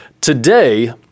today